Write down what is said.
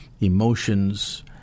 emotions